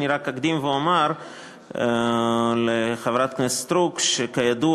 אני רק אקדים ואומר לחברת הכנסת סטרוק, שכידוע